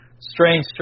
strange